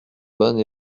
bonne